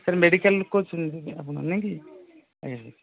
sir ମେଡିକାଲରୁ କହୁଛନ୍ତି ଆପଣ ନାଇଁ କି ଆଜ୍ଞା